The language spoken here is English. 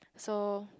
so